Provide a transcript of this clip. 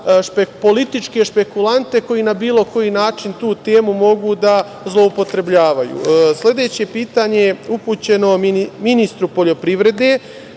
političke špekulante, koji na bilo koji način, tu temu mogu da zloupotrebljavaju. Sledeće pitanje je upućeno ministru poljoprivrede.